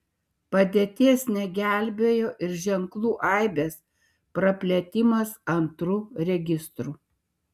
padėties negelbėjo ir ženklų aibės praplėtimas antru registru